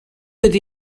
ydy